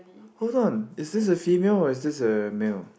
hold on is this a female or is this a male